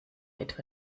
etwa